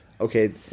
okay